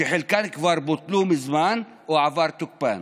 שחלקן כבר בוטלו מזמן או שעבר תוקפן,